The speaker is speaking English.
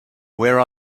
where